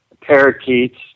parakeets